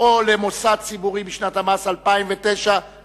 או למוסד ציבורי בשנות המס 2009 ו-2010)